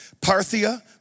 Parthia